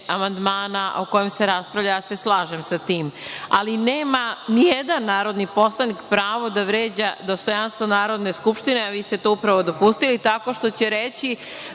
amandmana o kojem se raspravlja i ja se slažem sa tim, ali nema ni jedan narodni poslanik pravo da vređa dostojanstvo Narodne skupštine, a vi ste to upravo dopustili, tako što će reći